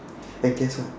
and guess what